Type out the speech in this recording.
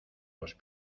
los